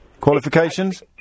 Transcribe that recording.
Qualifications